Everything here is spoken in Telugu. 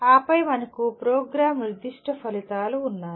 ఆపై మనకు ప్రోగ్రామ్ నిర్దిష్ట ఫలితాలు ఉన్నాయి